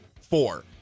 four